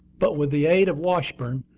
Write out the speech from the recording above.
but, with the aid of washburn,